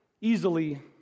easily